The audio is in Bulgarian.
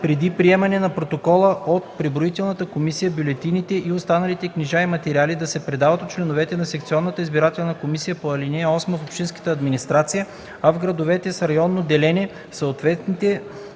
Преди приемане на протокола от преброителната комисия бюлетините и останалите книжа и материали се предават от членовете на секционната избирателна комисия по ал. 8 в общинската администрация, а в градовете с районно деление в съответните